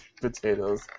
Potatoes